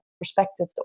perspective